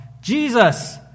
Jesus